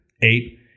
Eight